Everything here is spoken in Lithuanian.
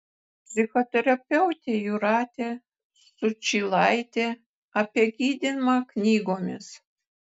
psichoterapeutė jūratė sučylaitė apie gydymą knygomis